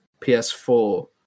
PS4